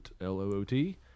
L-O-O-T